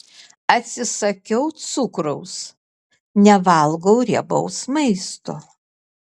atsisakiau cukraus nevalgau riebaus maisto